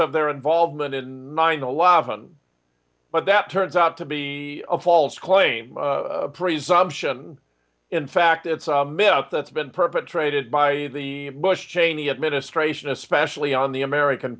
of their involvement in nine eleven but that turns out to be a false claim presumption in fact it's a myth that's been perpetrated by the bush cheney administration especially on the american